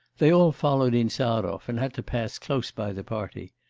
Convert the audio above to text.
they all followed insarov, and had to pass close by the party.